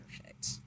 perfect